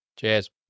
cheers